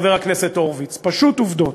עובדות, חבר הכנסת הורוביץ, פשוט עובדות.